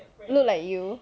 look like you